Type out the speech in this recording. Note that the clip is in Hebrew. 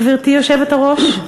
גברתי היושבת-ראש?